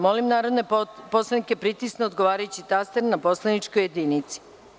Molim narodne poslanike da pritisnu odgovarajući taster na poslaničkoj jedinici.